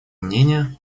мнения